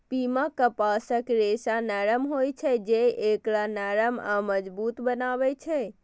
पीमा कपासक रेशा नमहर होइ छै, जे एकरा नरम आ मजबूत बनबै छै